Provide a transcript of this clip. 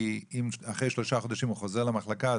כי אם אחרי שלושה חודשים הוא חוזר למחלקה,